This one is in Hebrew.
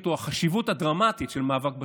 או החשיבות הדרמטית של מאבק בשחיתות,